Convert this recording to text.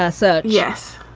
ah sir. yes.